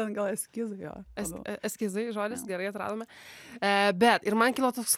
ten gal eskizai jo eskizai žodis gerai atradome bet ir man kilo toks